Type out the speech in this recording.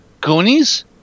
Goonies